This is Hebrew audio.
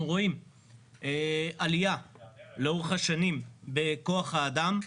אנחנו רואים עלייה לאורך השנים בכוח האדם.